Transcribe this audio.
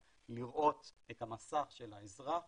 של האזרח, לראות את המסך של האזרח